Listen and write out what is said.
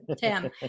Tim